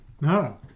No